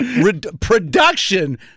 Production